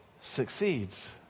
succeeds